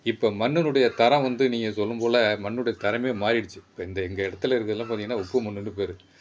இப்போ மண்ணினுடைய தரம் வந்து நீங்கள் சொல்லும்போல் மண்ணிடைய தரமே மாறிடுச்சு இப்போ இந்த எங்கள் இடத்துல இருக்கிறேதெல்லாம் பார்த்தீங்கன்னா உப்பு மண்ணுன்னு பேர்